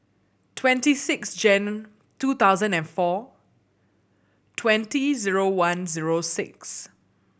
twenty six Jan two thousand and four twenty zero one zero six